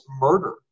murder